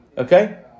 Okay